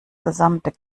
gesamte